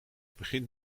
begint